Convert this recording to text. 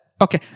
Okay